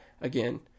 again